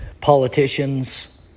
politicians